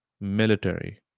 military